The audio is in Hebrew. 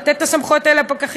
לתת את הסמכויות האלה לפקחים,